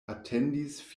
atendis